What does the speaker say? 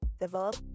develop